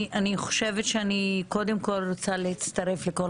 אני חושבת שאני רוצה קודם כול להצטרף לכל